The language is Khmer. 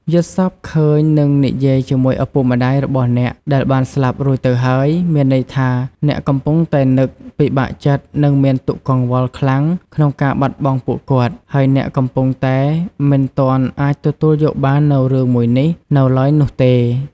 យល់សប្តិឃើញ និងនិយាយជាមួយឪពុកម្តាយរបស់អ្នកដែលស្លាប់រួចទៅហើយ មានន័យថា អ្នកកំពុងតែនឹក ពិបាកចិត្តនិងមានទុកកង្វល់ខ្លាំងក្នុងការបាត់បង់ពួកគាត់ ហើយអ្នកកំពុងតែមិនទាន់ អាចទទួលយកបាននូវរឿងមួយនេះនៅឡើយនោះទេ។